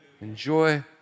Enjoy